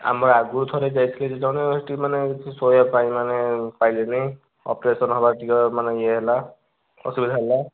ଆମେ ଆଗରୁ ଥରେ ଯାଇଥିଲୁ ଯେ ଜଣେ ସେଠି ମାନେ ଶୋଇବା ପାଇଁ ମାନେ ପାଇଲେନି ଅପରେସନ୍ ହେବାର ଟିକେ ମାନେ ଇଏ ହେଲା ଅସୁବିଧା ହେଲା